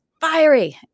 fiery